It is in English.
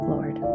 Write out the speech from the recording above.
Lord